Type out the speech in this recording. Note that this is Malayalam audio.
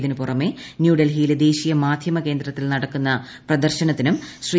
ഇതിനു പുറമെ ന്യൂഡൽഹിയിലെ ദേശീയ മാധ്യമകേന്ദ്രത്തിൽ നടക്കുന്ന ഒരു പ്രദർശനത്തിന് ശ്രീ